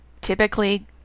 typically